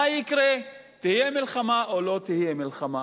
מה יקרה, תהיה מלחמה או לא תהיה מלחמה.